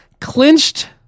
clinched